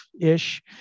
ish